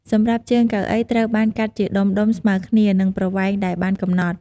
សម្រាប់ជើងកៅអីត្រូវបានកាត់ជាដុំៗស្មើគ្នា នឹងប្រវែងដែលបានកំណត់។